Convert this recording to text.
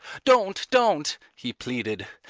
don't, don't, he pleaded.